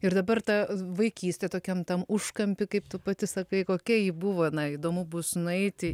ir dabar ta vaikystė tokiam tam užkampy kaip tu pati sakai kokia ji buvo na įdomu bus nueiti